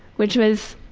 which was